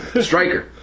Striker